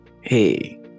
hey